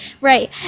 Right